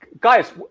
Guys